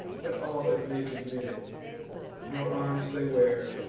but all of naked men nor arms they wear,